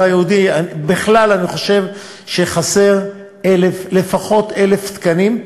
היהודי בכלל אני חושב שחסרים לפחות 1,000 תקנים.